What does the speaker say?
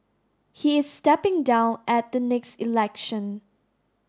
he is stepping down at the next election